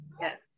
yes